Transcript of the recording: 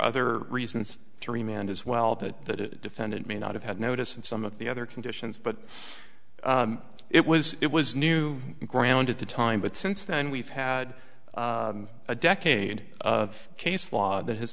other reasons three men as well that the defendant may not have had notice and some of the other conditions but it was it was new ground at the time but since then we've had a decade of case law that has